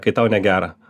kai tau negera